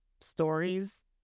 stories